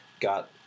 got